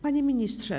Panie Ministrze!